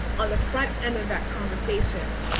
on the front end of that conversation,